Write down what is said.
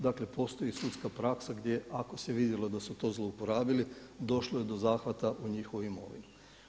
Dakle postoji sudska praksa gdje ako se vidjelo da su to zlouporabili došlo je do zahvata u njihovu imovinu.